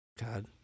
God